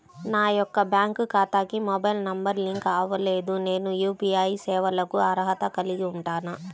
నా యొక్క బ్యాంక్ ఖాతాకి మొబైల్ నంబర్ లింక్ అవ్వలేదు నేను యూ.పీ.ఐ సేవలకు అర్హత కలిగి ఉంటానా?